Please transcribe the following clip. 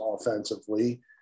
offensively